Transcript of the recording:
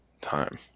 time